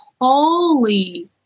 holy